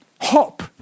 hop